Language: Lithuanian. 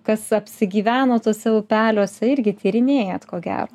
kas apsigyveno tuose upeliuose irgi tyrinėjat ko gero